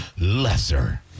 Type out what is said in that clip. lesser